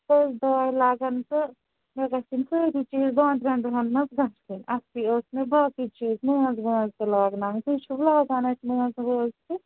کٔژ دۄہ لَگَن تہٕ مےٚ گژھَن سٲری چیٖز دۄن ترٛٮ۪ن دۄہَن منٛز گژھٕنۍ اَکھتُے ٲسۍ مےٚ باقٕے چیٖز مٲنٛز وٲنٛز تہِ لاگناوٕنۍ تُہۍ چھُو لاگان اَتہِ مٲنٛز وٲنٛز تہِ